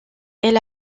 elle